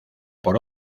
por